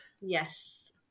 Yes